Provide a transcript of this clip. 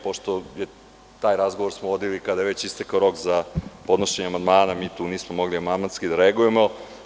Pošto smo taj razgovor vodili kada je već istekao rok za podnošenje amandmana, mi tu sada nismo mogli amandmanski da reagujem.